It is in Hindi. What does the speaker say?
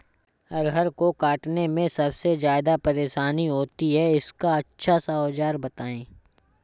अरहर को काटने में सबसे ज्यादा परेशानी होती है इसका अच्छा सा औजार बताएं?